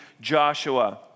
Joshua